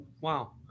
Wow